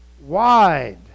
wide